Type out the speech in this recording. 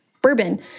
bourbon